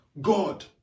God